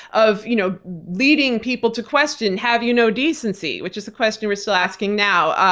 of you know leading people to question have you no decency? which is a question we're still asking now.